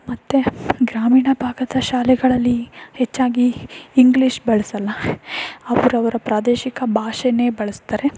ಮತ್ತು ಗ್ರಾಮೀಣ ಭಾಗದ ಶಾಲೆಗಳಲ್ಲಿ ಹೆಚ್ಚಾಗಿ ಇಂಗ್ಲೀಷ್ ಬಳಸಲ್ಲ ಅವ್ರು ಅವರ ಪ್ರಾದೇಶಿಕ ಭಾಷೆನೇ ಬಳಸ್ತಾರೆ